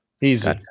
Easy